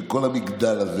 וכל המגדל הזה,